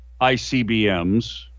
ICBMs